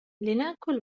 لنأكل